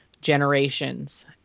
generations